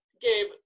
Gabe